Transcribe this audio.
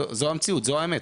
זאת המציאות, זאת האמת.